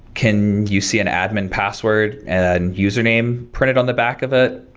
can you see an admin password and username printed on the back of it?